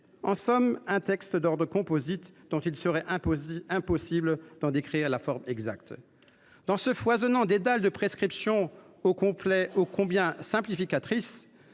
En somme, voilà un texte composite, dont il est impossible de décrire la forme exacte. Dans ce foisonnant dédale de prescriptions ô combien simplificatrices,